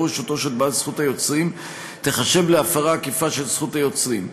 רשותו של בעל זכות היוצרים תיחשב להפרה עקיפה של זכות היוצרים,